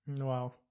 Wow